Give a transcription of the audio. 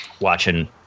watching